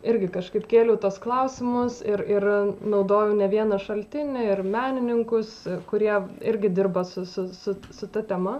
irgi kažkaip kėliau tuos klausimus ir ir naudojau ne vieną šaltinį ir menininkus kurie irgi dirba su su su ta tema